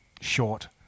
short